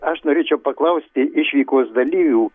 aš norėčiau paklausti išvykos dalyvių